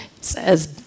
says